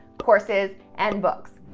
courses, and books.